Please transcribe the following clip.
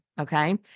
okay